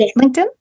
LinkedIn